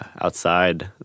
outside